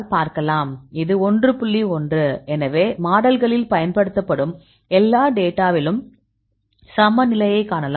1 எனவே மாடல்களில் பயன்படுத்தப்படும் எல்லா டேட்டாவிலும் சமநிலையைக் காணலாம்